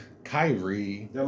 Kyrie